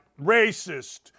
Racist